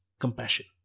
compassion